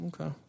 Okay